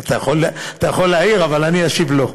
אתה יכול להעיר, אבל אני אשיב לו.